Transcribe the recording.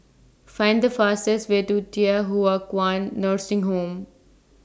Find The fastest Way to Thye Hua Kwan Nursing Home